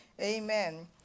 Amen